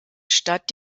stadt